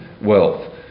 wealth